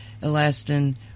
elastin